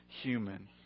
human